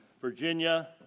Virginia